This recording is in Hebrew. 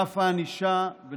רף הענישה בעבירות הנשק הבלתי-חוקי,